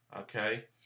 okay